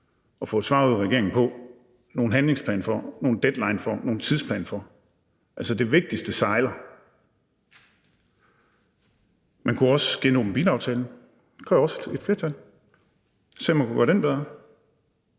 at få et svar ud af regeringen på nogen handlingsplan for, nogen deadline for, nogen tidsplan for. Det vigtigste sejler. Man kunne også genåbne bilaftalen – det kræver også et flertal – og se, om man kunne gøre den bedre.